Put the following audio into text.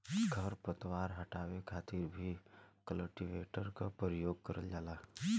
खर पतवार हटावे खातिर भी कल्टीवेटर क परियोग करल जाला